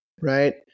right